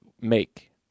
make